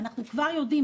שאנחנו כבר יודעים,